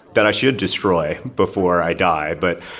that i should destroy before i die, but